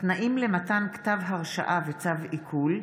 (תנאים למתן כתב הרשאה וצו עיקול),